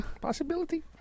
Possibility